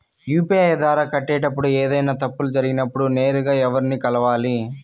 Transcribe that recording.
UPI ద్వారా కట్టేటప్పుడు ఏదైనా తప్పులు జరిగినప్పుడు నేను ఎవర్ని కలవాలి?